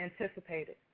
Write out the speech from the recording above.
anticipated